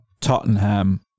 Tottenham